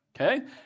Okay